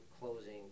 closing